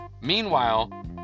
Meanwhile